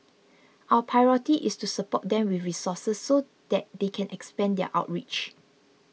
our priority is to support them with resources so that they can expand their outreach